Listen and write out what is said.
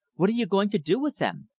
what are you going to do with them?